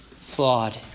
flawed